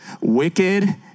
Wicked